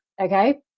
okay